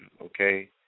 okay